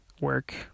work